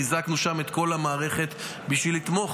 חיזקנו שם את כל המערכת בשביל לתמוך